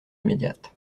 immédiate